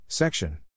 Section